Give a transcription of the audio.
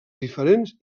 diferents